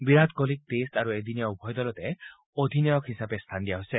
বিৰাট কোহলীক টেষ্ট আৰু এদিনীয়া উভয় দলতে অধিনায়ক হিচাপে স্থান দিয়া হৈছে